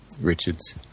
Richards